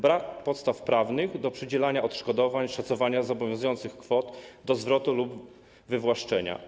Brak podstaw prawnych do przydzielania odszkodowań, szacowania obowiązujących kwot do zwrotu lub wywłaszczenia.